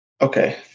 Okay